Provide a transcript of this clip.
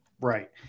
Right